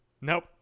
Nope